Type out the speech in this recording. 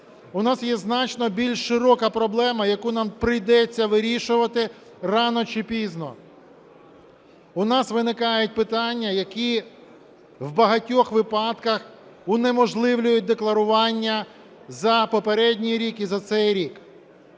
У нас є значно більш широка проблема, яку нам прийдеться вирішувати рано чи пізно. У нас виникають питання, які в багатьох випадках унеможливлюють декларування за попередній рік і за цей рік.